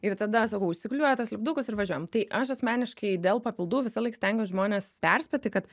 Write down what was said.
ir tada sakau užsiklijuoja tuos lipdukus ir važiuojam tai aš asmeniškai dėl papildų visąlaik stengiuos žmones perspėti kad